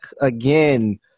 again